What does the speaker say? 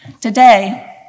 Today